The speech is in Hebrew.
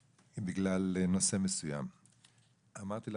בוודאי שנצטרך פה גם למצוא את שביל הזהב הזה בין